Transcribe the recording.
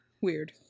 weird